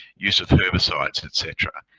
use of herbicides, etc.